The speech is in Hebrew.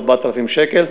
4,000 שקל.